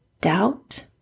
doubt